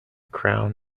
crown